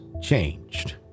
changed